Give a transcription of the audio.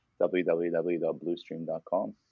www.bluestream.com